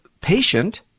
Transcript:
patient